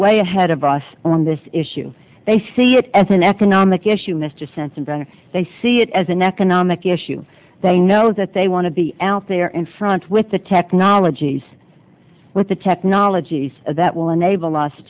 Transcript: way ahead of us on this issue they see it as an economic issue mr sensenbrenner they see it as an economic issue they know that they want to be out there in front with the technologies with the technologies that will enable